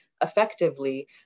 effectively